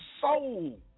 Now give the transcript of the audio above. soul